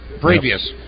Previous